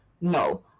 No